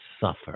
suffer